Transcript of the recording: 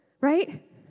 right